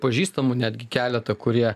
pažįstamų netgi keletą kurie